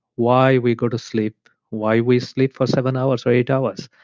why we go to sleep, why we sleep for seven hours or eight hours,